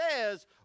says